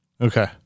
Okay